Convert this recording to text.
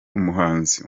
umuhanzi